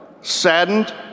saddened